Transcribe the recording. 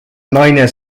naine